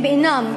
הם אינם,